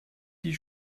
die